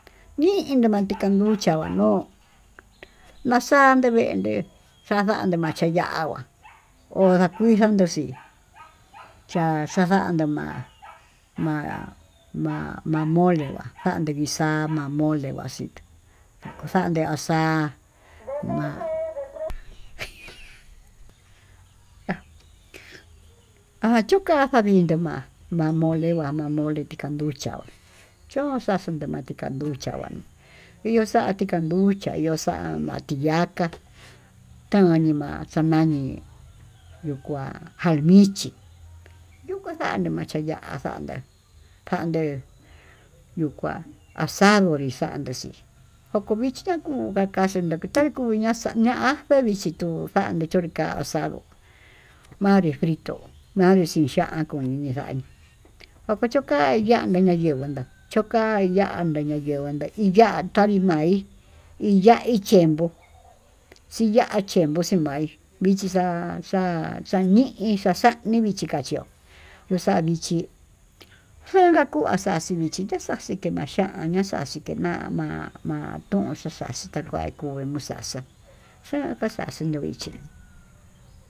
Nii inina chikanduchia va'a no'ó naxande vende'e yaxhande vacha ya'á kua odakuixhia nduxi cha'a xhaxhande ma'á, ma-ma- ma'a mole ma'a xande kixa'a ma'a mole kuaxii, xande kuaxa'a jiiji hayukaxhia xhikii ma'á va'a mole va mole ndika'a nduchia choxia xuchikanduu chahuana yuxati kanducha'í yo'o xama'a tiyaka'a ka'a anima'a xa'a nani yuu kuá yanichí, yukuxani kuachayaxa kande kande yuu kuá axado hichande xii ndoko vichi nakuu nakaxii nakuchakuña xaña'a vichituu xandii tuu ka'a axa manri frito manri kuu xha kuachuka yande, ñayenguun nda'a choka'a yande nayenguu ña'í ya'a tavii ma'í iya'á inyennguu xiya'a chennguo xema'í, vichi xa'a xa'a ni'íni xaxañi vichikachió yuxavichi njankakuu axaxivichí xixa'a xhikemaxha ña'a xa'a xhikei ma-ma-matun xaxa xhitá xakuá kuuve muxaxa xa'a xakaxhi no ichí.